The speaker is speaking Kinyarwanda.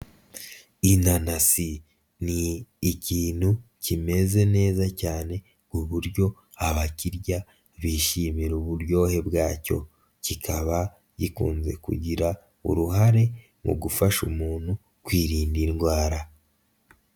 Inanasi ni ikintu kimeze neza cyane ku buryo abakirya bishimira uburyohe bwacyo, kikaba gikunze kugira uruhare mu gufasha umuntu kwirinda indwara.